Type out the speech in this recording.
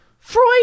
Freud